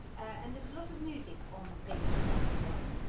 and there's a lot of music on page twenty one,